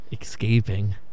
escaping